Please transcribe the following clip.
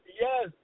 Yes